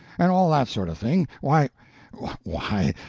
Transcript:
and all that sort of thing, why why,